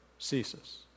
ceases